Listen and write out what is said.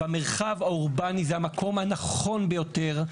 המרחב האורבני זה המקום הנכון ביותר,